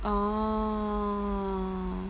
oh